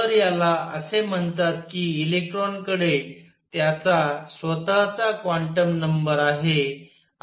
तर याला असे म्हणतात की इलेक्ट्रॉनकडे त्याचा स्वतःचा क्वांटम नंबर आहे